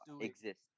exist